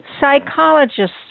psychologist's